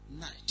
night